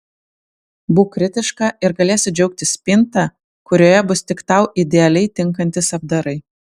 būk kritiška ir galėsi džiaugtis spinta kurioje bus tik tau idealiai tinkantys apdarai